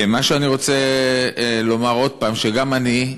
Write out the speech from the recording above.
מה שאני רוצה לומר, עוד פעם, שגם אני,